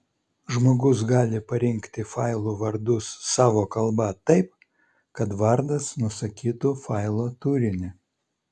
žmogus gali parinkti failų vardus savo kalba taip kad vardas nusakytų failo turinį